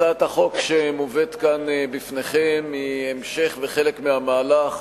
הצעת החוק שמובאת כאן בפניכם היא המשך וחלק מהמהלך